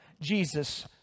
Jesus